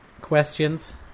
questions